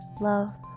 love